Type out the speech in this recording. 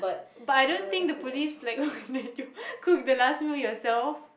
but I don't think the police like will let you you cook the last meal yourself